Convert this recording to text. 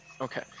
Okay